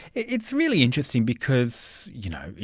it's really interesting because, you know,